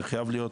זה חייב להיות